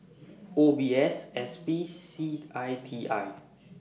O B S S P C I T I